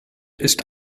ist